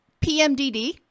PMDD